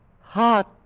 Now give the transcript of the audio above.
Heart